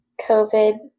COVID